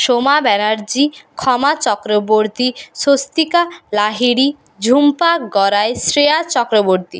Soma Banerjee Kshama Chakraborty Swastika Lahiri Jhumpa Garai Shreya Chakraborty